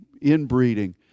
inbreeding